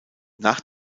nach